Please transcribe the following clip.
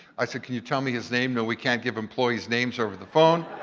i said, can you tell me his name? no, we can't give employees names over the phone.